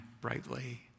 brightly